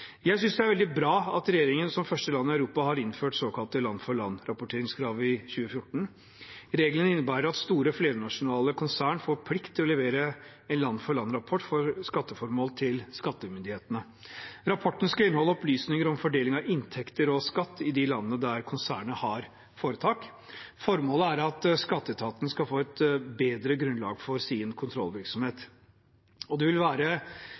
Jeg synes det er veldig bra at regjeringen, som de første i Europa, har innført såkalte land-for-land-rapporteringskrav i 2014. Reglene innebærer at store flernasjonale konsern får plikt til å levere en land-for-land-rapport for skatteformål til skattemyndighetene. Rapporten skal inneholde opplysninger om fordeling av inntekter og skatt i de landene der konsernet har foretak. Formålet er at skatteetaten skal få et bedre grunnlag for sin kontrollvirksomhet, og disse rapportene vil være